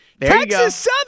Texas